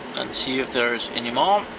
and see if there's any more.